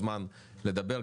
כל אחד יקבל פה זמן לדבר,